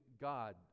God